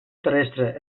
terrestre